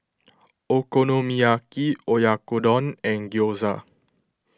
Okonomiyaki Oyakodon and Gyoza